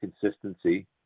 consistency